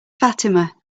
fatima